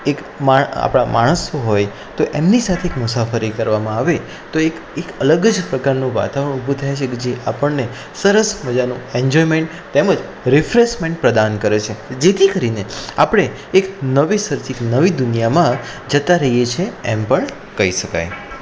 એક મા આપણા માણસો હોય તો એમની સાથે એક મુસાફરી કરવામાં આવે તો એ એક અલગ જ પ્રકારનો વાતાવરણ ઊભું થાય છે કે જે આપણને સરસ મજાનો ઇંજોયમેંટ તેમજ રિફ્રેશમેન્ટ પ્રદાન કરે છે જેથી કરીને આપણે એક નવી સર્જીક નવી દુનિયામાં જતાં રહીએ છે એમ પણ કઈ શકાય